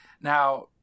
now